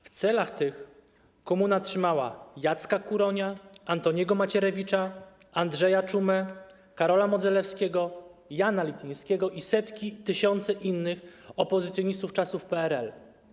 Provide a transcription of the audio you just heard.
W celach tych komuna trzymała Jacka Kuronia, Antoniego Macierewicza, Andrzeja Czumę, Karola Modzelewskiego, Jana Lityńskiego i setki, tysiące innych opozycjonistów czasów PRL.